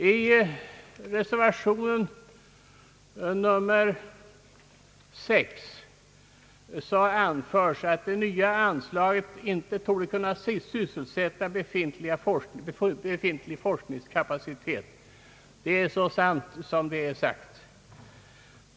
I reservationen anförs att det nya anslaget inte torde kunna sysselsätta befintlig forskningskapacitet. Det är så sant som det är sagt.